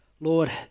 Lord